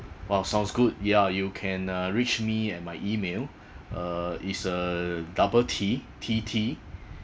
!wow! sounds good yeah you can uh reach me and my email uh is uh double T T T